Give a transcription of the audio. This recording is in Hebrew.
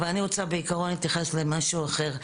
אבל אני רוצה בעיקרון להתייחס למשהו אחר.